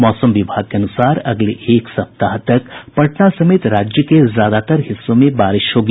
मौसम विभाग के अनुसार अगले एक सप्ताह तक पटना समेत राज्य के ज्यादातर हिस्सों में बारिश होगी